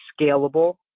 scalable